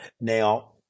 Now